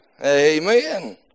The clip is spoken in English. Amen